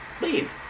leave